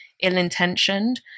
ill-intentioned